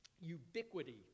ubiquity